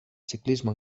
ciclisme